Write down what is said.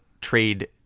trade